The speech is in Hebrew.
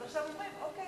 אז עכשיו אומרים: אוקיי,